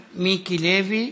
מיקי לוי,